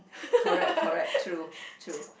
correct correct true true